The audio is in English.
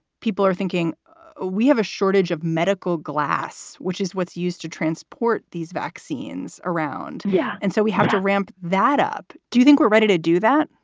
people are thinking we have a shortage of medical glass, which is what's used to transport these vaccines around. yeah. and so we have to ramp that up. do you think we're ready to do that?